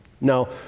Now